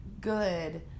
good